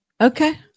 Okay